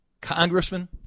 congressman